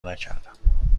نکردم